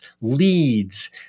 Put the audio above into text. leads